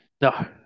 No